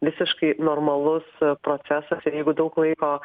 visiškai normalus procesas ir jeigu daug laiko